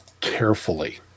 carefully